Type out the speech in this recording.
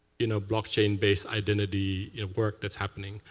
you know, blockchain-based identity work that's happening.